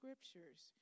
scriptures